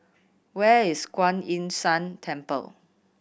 where is Kuan Yin San Temple